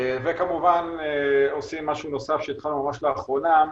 וכמובן עושים משהו נוסף שהתחלנו ממש לאחרונה,